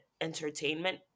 entertainment